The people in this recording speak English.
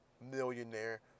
millionaire